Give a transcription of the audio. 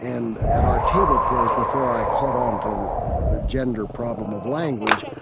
and at our table prayers before i caught on to the gender problem of language,